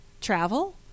travel